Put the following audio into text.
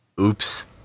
Oops